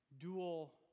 dual